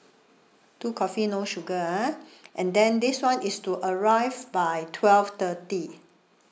two coffee no sugar ah and then this one is to arrive by twelve thirty